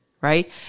right